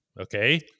Okay